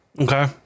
Okay